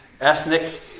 ethnic